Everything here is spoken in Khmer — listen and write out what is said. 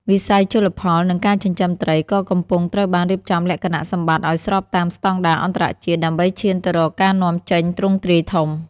វិស័យជលផល និងការចិញ្ចឹមត្រី ក៏កំពុងត្រូវបានរៀបចំលក្ខណៈសម្បត្តិឱ្យស្របតាមស្ដង់ដារអន្តរជាតិដើម្បីឈានទៅរកការនាំចេញទ្រង់ទ្រាយធំ។